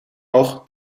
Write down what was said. oog